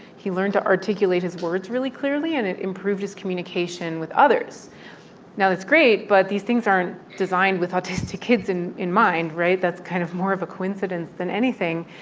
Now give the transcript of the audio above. he learned to articulate his words really clearly. and it improved his communication with others now, that's great, but these things aren't designed with autistic kids in in mind, right? that's kind of more of a coincidence than anything.